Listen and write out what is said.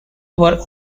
were